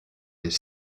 des